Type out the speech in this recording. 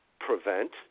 prevent